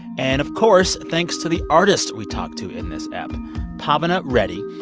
and of course, thanks to the artists we talked to in this ep pavana reddy,